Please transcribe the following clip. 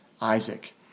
Isaac